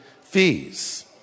fees